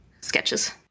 sketches